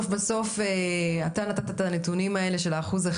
אתה נתת את הנתונים של ה-1%,